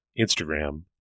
Instagram